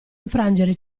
infrangere